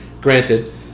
granted